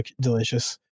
delicious